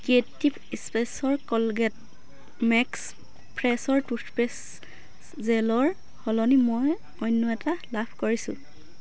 creative ইস্পেচৰ Colgate max ফ্ৰেছৰ toothpaste জেলৰ সলনি মই অন্য এটা লাভ কৰিছোঁ